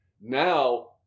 Now